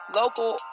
local